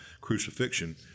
crucifixion